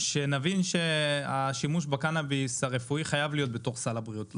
שנבין שהשימוש בקנביס הרפואי חייב להיות בתוך סל הבריאות.